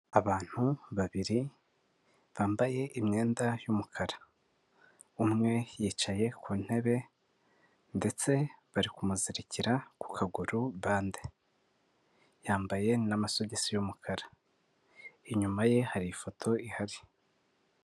Abantu babiri bambaye imyenda y'umukara. Umwe yicaye ku ntebe ndetse bari kumuzirikira ku kaguru bande. Yambaye n'amasogisi y'umukara. Inyuma ye hari ifoto ihari.